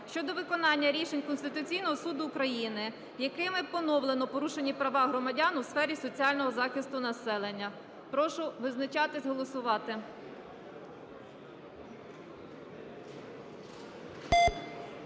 щодо виконання рішень Конституційного Суду України, якими поновлено порушені права громадян у сфері соціального захисту населення. Прошу визначатись, голосувати.